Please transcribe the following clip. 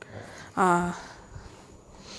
err